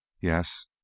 Yes